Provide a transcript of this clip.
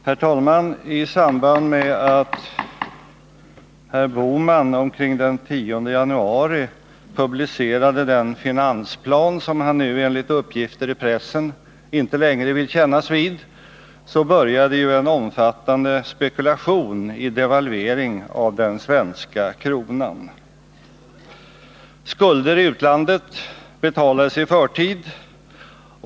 Herr talman! I samband med att herr Bohman omkring den 10 januari publicerade den finansplan som han nu enligt uppgifter i pressen inte längre vill kännas vid, började en omfattande spekulation i devalvering av den svenska kronan. Skulder i utlandet betalades i förtid.